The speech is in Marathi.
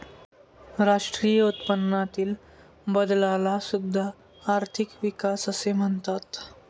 राष्ट्रीय उत्पन्नातील बदलाला सुद्धा आर्थिक विकास असे म्हणतात